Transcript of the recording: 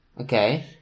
Okay